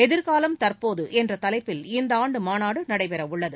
எதிர்காலம் தற்போது என்ற தலைப்பில் இந்த ஆண்டு மாநாடு நடைபெறவுள்ளது